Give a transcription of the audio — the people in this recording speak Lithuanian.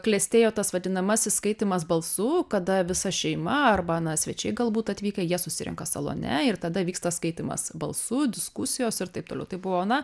klestėjo tas vadinamasis skaitymas balsu kada visa šeima arba na svečiai galbūt atvykę jie susirenka salone ir tada vyksta skaitymas balsų diskusijos ir taip toliau tai buvo na